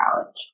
college